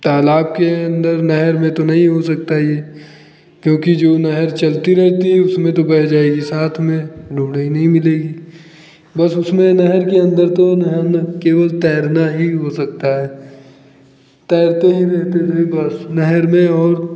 तालाब के अंदर नहर में तो नहीं हो सकता है यह क्योंकि जो नहर चलती रहती है उसमें तो बह जाएगी साथ में ढूंढ़े ही नहीं मिलेगी बस उसमें नहर के अंदर तो नहर में केवल तैरना ही हो सकता है तैरते ही रहते थे बस नहर में और